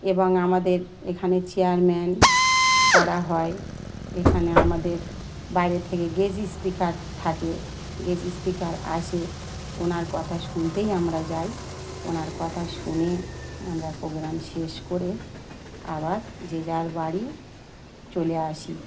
এবং আমাদের এখানে চেয়ারম্যান করা হয় এখানে আমাদের বাইরে থেকে গেস্ট স্পিকার থাকে গেস্ট স্পিকার আসে ওনার কথা শুনতেই আমরা যাই ওনার কথা শুনে আমরা প্রোগ্রাম শেষ করে আবার যে যার বাড়ি চলে আসি